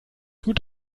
gut